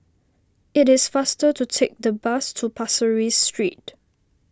it is faster to take the bus to Pasir Ris Street